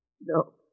No